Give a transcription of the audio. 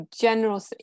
general